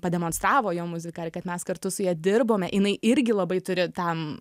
pademonstravo jo muziką ir kad mes kartu su ja dirbome jinai irgi labai turi tam